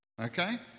Okay